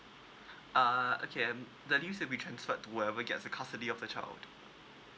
uh okay um the leaves will be transferred to whoever gets the custody of the child